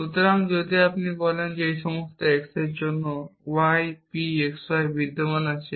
সুতরাং যদি আপনি বলেন যে সমস্ত x এর জন্য y p x y বিদ্যমান আছে